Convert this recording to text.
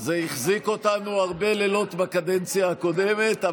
זה החזיק אותנו הרבה לילות בקדנציה הקודמת,